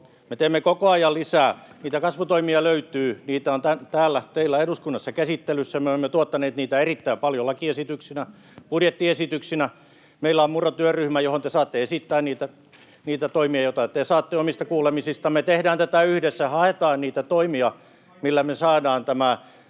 me teemme koko ajan lisää. Niitä kasvutoimia löytyy. Niitä on täällä teillä eduskunnassa käsittelyssä, me olemme tuottaneet niitä erittäin paljon lakiesityksinä ja budjettiesityksinä. Meillä on Murron työryhmä, johon te saatte esittää niitä toimia, joita te saatte omista kuulemisistanne. [Antti Kurvinen: Työryhmiä on liikaa!] Me tehdään tätä yhdessä, haetaan niitä toimia, millä me saadaan tämä